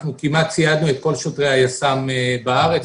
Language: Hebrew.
ציידנו כמעט את כל שוטרי היס"מ בארץ.